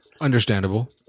Understandable